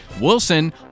Wilson